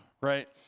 right